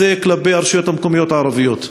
זה כלפי הרשויות המקומיות הערביות.